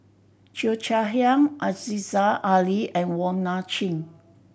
Cheo Chai Hiang Aziza Ali and Wong Nai Chin